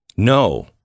No